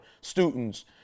students